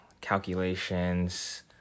calculations